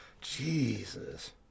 Jesus